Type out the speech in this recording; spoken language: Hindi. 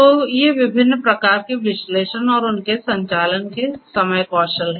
तो ये विभिन्न प्रकार के विश्लेषण और उनके संचालन के समय कौशल हैं